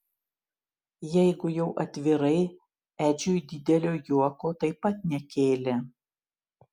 jeigu jau atvirai edžiui didelio juoko taip pat nekėlė